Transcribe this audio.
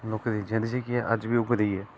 लोके दी जिंद जेहकी ऐ अज्ज बी उऐ जेही ऐ